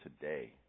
today